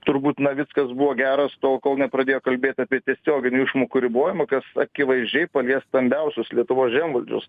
turbūt navickas buvo geras tol kol nepradėjo kalbėt apie tiesioginių išmokų ribojimą kas akivaizdžiai palies stambiausius lietuvos žemvaldžius